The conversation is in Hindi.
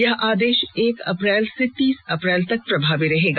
यह आदेश एक अप्रैल से तीस अप्रैल तक प्रभावी रहेगा